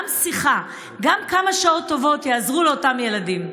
גם שיחה, גם כמה שעות טובות, יעזרו לאותם ילדים.